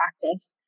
practice